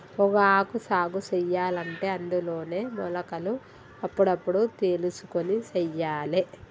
పొగాకు సాగు సెయ్యలంటే అందులోనే మొలకలు అప్పుడప్పుడు తెలుసుకొని సెయ్యాలే